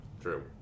true